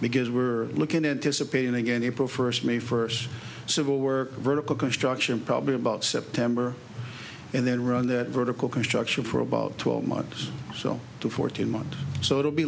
because we're looking at dissipating again april first me first civil war vertical construction probably about september and then run that vertical construction for about twelve months so to fourteen months so it'll be